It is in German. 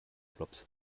flops